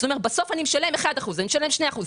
הוא משלם אחוז אחד או שני אחוזים.